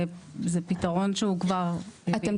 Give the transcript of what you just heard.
זה פתרון שהוא כבר בהתהוות --- אתם